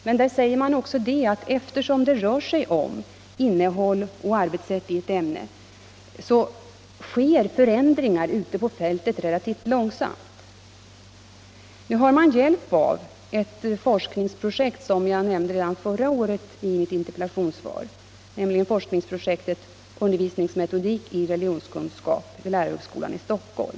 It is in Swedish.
Men där säger man också att eftersom det rör sig om innehåll och arbetssätt i ett ämne, sker förändringar ute på fältet relativt långsamt. Nu har man hjälp av ett forskningsprojekt som jag redan förra året nämnde i ett interpellationssvar, nämligen Undervisningsmetodik i religionskunskap, vid lärarhögskolan i Stockholm.